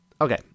Okay